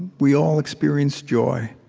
we all experience joy.